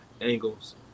angles